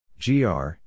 GR